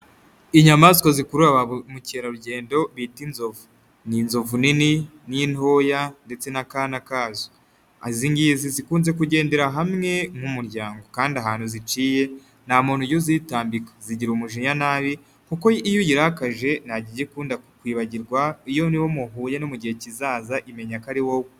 Inyamaswa zikurura ba mukerarugendo bita inzovu, ni inzovu nini n'intoya ndetse n'akanana kazo, izi ngizi zikunze kugendera hamwe nk'umuryango kandi ahantu ziciye nta muntu ujya uzitambika, zigira umujinya nabi, kuko iyo uyirakaje ntabwo ijya ikunda kukwibagirwa, iyo n'iyo muhuye no mu gihe kizaza imenya ko ari wowe.